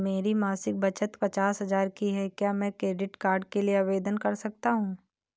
मेरी मासिक बचत पचास हजार की है क्या मैं क्रेडिट कार्ड के लिए आवेदन कर सकता हूँ?